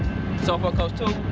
so far close two.